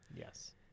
Yes